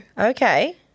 Okay